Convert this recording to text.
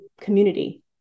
community